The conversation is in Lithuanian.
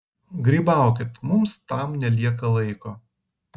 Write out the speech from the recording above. grybaukit mums tam nelieka laiko